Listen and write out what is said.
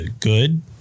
good